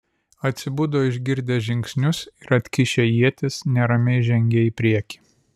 atsibudo išgirdę žingsnius ir atkišę ietis neramiai žengė į priekį